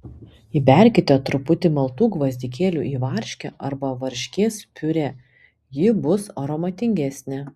įberkite truputį maltų gvazdikėlių į varškę arba varškės piurė ji bus aromatingesnė